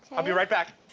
i'll be right back.